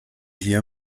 hear